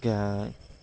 gas